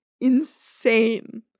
insane